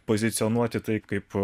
pozicionuoti tai kaip